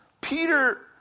Peter